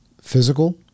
physical